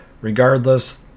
regardless